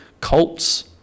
cults